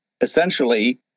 essentially